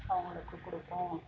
அவங்களுக்கு கொடுப்போம்